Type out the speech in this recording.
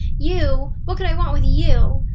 you? what could i want with you?